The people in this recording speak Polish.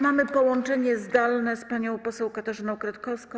Mamy połączenie zdalne z panią poseł Katarzyną Kretkowską.